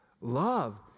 love